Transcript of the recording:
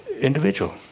individual